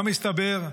מה מסתבר?